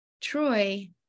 Troy